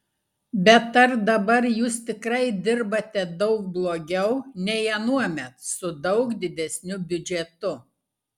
bet ar dabar jūs tikrai dirbate daug blogiau nei anuomet su daug didesniu biudžetu